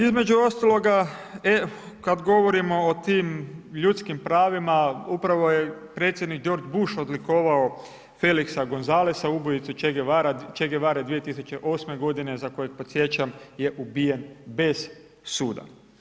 Između ostaloga, kada govorimo o tim ljudskim pravima, upravo je predsjednik George Bush odlikovao Felixa Gonzalesa, ubojicu Che Guevare 2008. godine za kojeg podsjećam je ubijen bez suda.